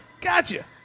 gotcha